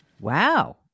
Wow